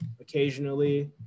occasionally